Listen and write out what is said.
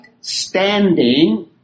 standing